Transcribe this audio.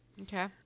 Okay